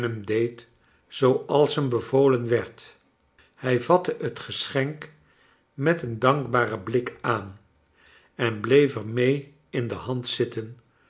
zooals hem bevolen werd hij vatte het gesohenk met een dankbaren blik aan en bleef er mee in de hand zitten